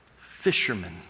Fishermen